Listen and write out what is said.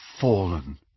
fallen